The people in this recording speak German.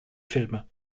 filme